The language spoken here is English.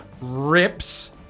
rips